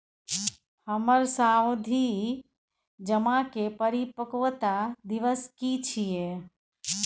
हमर सावधि जमा के परिपक्वता दिवस की छियै?